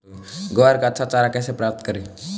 ग्वार का अच्छा चारा कैसे प्राप्त करें?